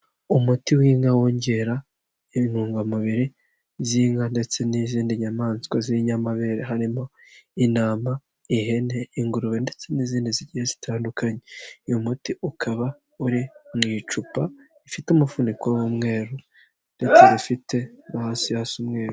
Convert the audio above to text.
Umuti w'inka wongera intungamubiri z'inka ndetse n'izindi nyamaswa z'inyamabere harimo; intama, ihene, ingurube ndetse n'izindi zigiye zitandukanye. Uyu muti ukaba uri mu icupa rifite umufuniko w'umweru ndetse rifite no hasi hasa umweru.